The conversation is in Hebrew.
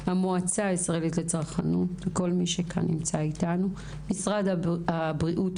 המועצה הלאומית ומשרד הבריאות,